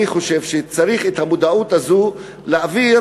אני חושב שצריך את המודעות הזו להעביר